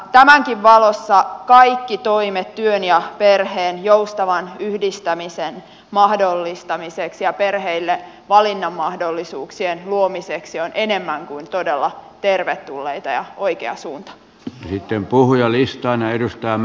tämänkin valossa kaikki toimet työn ja perheen joustavan yhdistämisen mahdollistamiseksi ja perheille valinnan mahdollisuuksien luomiseksi ovat enemmän kuin todella tervetulleita ja oikea suunta ja sitten puhujalistaan ei yhtään